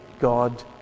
God